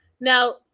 Now